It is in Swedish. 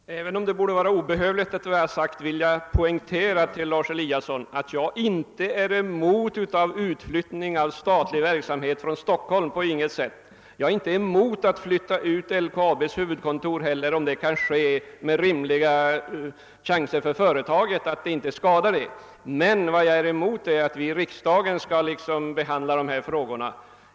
Herr talman! Även om det borde vara obehövligt efter vad jag förut har sagt vill jag poängtera att jag inte på något sätt är emot utflyttning av statlig verksamhet från Stockholm. Jag är inte emot en flyttning av LKAB:s huvudkontor, om det finns rimliga utsikter att den inte skadar företaget. Vad jag är emot är att vi behandlar sådana här frågor här i riksdagen.